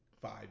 five